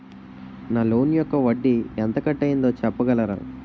నా లోన్ యెక్క వడ్డీ ఎంత కట్ అయిందో చెప్పగలరా?